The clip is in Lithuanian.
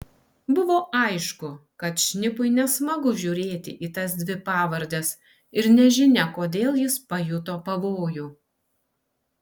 buvo aišku kad šnipui nesmagu žiūrėti į tas dvi pavardes ir nežinia kodėl jis pajuto pavojų